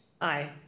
Aye